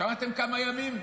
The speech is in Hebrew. שמעתם כמה ימים?